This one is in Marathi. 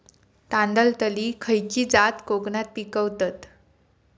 तांदलतली खयची जात कोकणात पिकवतत?